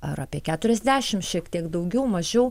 ar apie keturiasdešimt šiek tiek daugiau mažiau